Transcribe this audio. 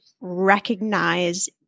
recognize